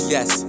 Yes